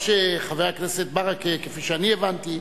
מה שחבר הכנסת ברכה, כפי שאני הבנתי,